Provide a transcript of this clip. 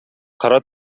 кара